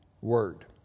word